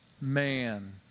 man